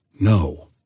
No